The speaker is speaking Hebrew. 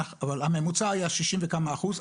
הממוצע היה 60% ומשהו אחוז.